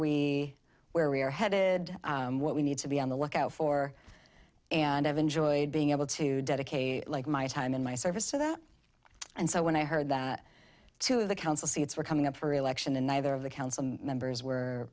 we where we're headed what we need to be on the lookout for and i've enjoyed being able to dedicate like my time in my service to that and so when i heard that two of the council seats were coming up for reelection and neither of the council members were